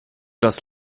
das